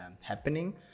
happening